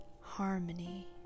harmony